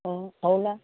অঁ সৰু ল'ৰা